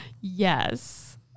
Yes